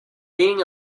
being